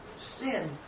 sin